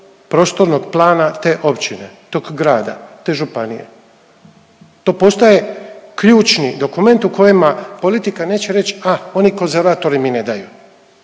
prostornog plana te općine, tog grada, te županije. To postaje ključni dokument u kojima politika neće reć ha oni konzervatori mi ne daju